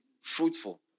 fruitful